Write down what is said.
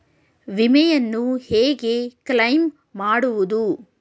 ವಿಮೆಯನ್ನು ಹೇಗೆ ಕ್ಲೈಮ್ ಮಾಡುವುದು?